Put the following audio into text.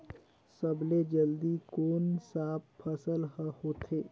सबले जल्दी कोन सा फसल ह होथे?